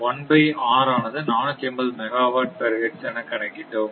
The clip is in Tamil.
1 பை R ஆனது 480 மெகாவாட் பெர் ஹெர்ட்ஸ் என கனக்கிட்டோம்